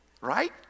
Right